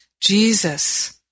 Jesus